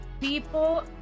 people